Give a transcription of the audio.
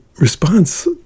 response